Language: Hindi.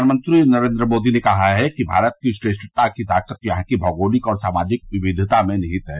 प्रधानमंत्री नरेन्द्र मोदी ने कहा है कि भारत की श्रेष्ठता की ताकत यहां की मौगोलिक और सामाजिक विविधता में निहित है